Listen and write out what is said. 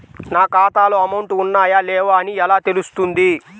నా ఖాతాలో అమౌంట్ ఉన్నాయా లేవా అని ఎలా తెలుస్తుంది?